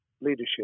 leadership